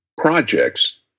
projects